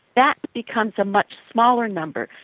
that becomes a much smaller number.